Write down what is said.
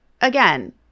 Again